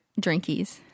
drinkies